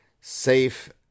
Safe